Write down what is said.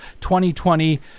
2020